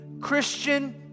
Christian